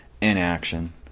inaction